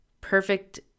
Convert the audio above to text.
perfect